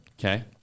Okay